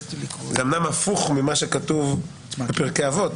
זה אמנם הפוך ממה שכתוב בפרקי אבות.